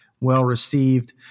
well-received